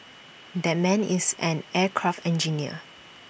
that man is an aircraft engineer